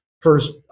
first